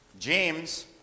James